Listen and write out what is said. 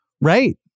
right